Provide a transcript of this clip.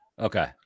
Okay